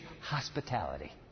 Hospitality